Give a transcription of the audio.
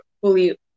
fully